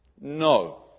No